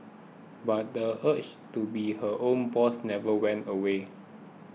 but the urge to be her own boss never went away